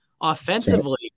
Offensively